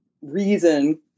reason